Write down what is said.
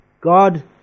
God